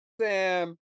Sam